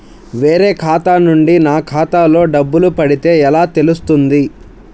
వేరే ఖాతా నుండి నా ఖాతాలో డబ్బులు పడితే ఎలా తెలుస్తుంది?